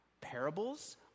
Parables